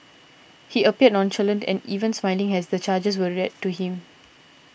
he appeared nonchalant and even smiling as the charges were read to him